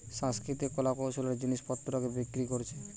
সাংস্কৃতিক কলা কৌশলের জিনিস পত্রকে বিক্রি কোরছে